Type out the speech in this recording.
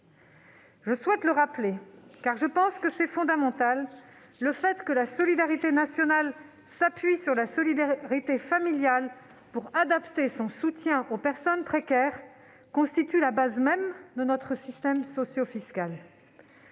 Je souhaite le rappeler, car je pense que c'est fondamental : le fait que la solidarité nationale s'appuie sur la solidarité familiale pour adapter son soutien aux personnes précaires constitue la base même de notre système socio-fiscal.